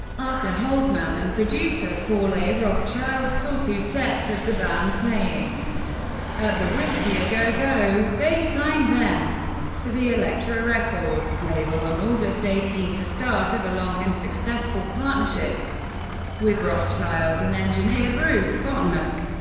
after holzman and producer paul a. rothchild saw two sets of the band playing at the whisky a go go, they signed them to the elektra records label on august eighteen the start of a long and successful partnership with rothchild and engineer bruce botnick.